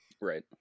Right